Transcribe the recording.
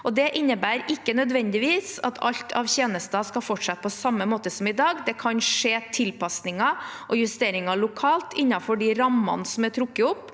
det innebærer ikke nødvendigvis at alt av tjenester skal fortsette på samme måte som i dag. Det kan skje tilpasninger og justeringer lokalt, innenfor de rammene som er trukket opp,